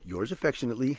yours affectionately,